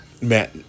Matt